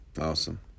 Awesome